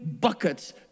buckets